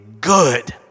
good